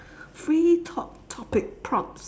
free talk topic prompts